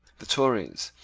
the tories,